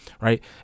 Right